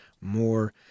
more